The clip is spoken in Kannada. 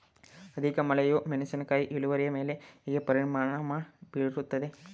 ಅಧಿಕ ಮಳೆಯು ಮೆಣಸಿನ ಇಳುವರಿಯ ಮೇಲೆ ಹೇಗೆ ಪರಿಣಾಮ ಬೀರುತ್ತದೆ?